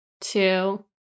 two